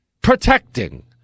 protecting